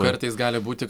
kartais gali būti